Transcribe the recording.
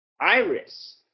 Iris